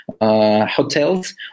hotels